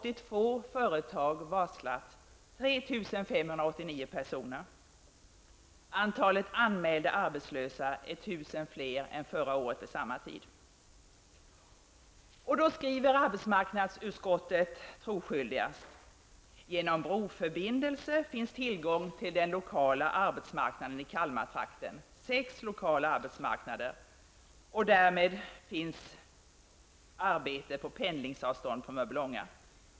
I Arbetsmarknadsutskottet skriver troskyldigast: Genom broförbindelse finns tillgång till den lokala arbetsmarknaden i Kalmartrakten, sex lokala arbetsmarknader, och därmed finns arbete på pendlingsavstånd från Mörbylånga.